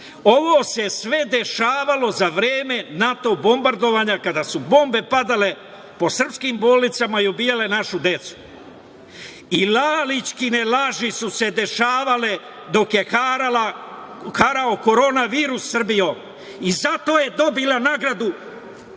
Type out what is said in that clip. se sve dešavalo za vreme NATO bombardovanja kada su bombe padale po srpskim bolnicama i ubijale našu decu. I Lalićkine laži su se dešavale dok je harao Korona virus Srbijom. Zato je dobila nagradu,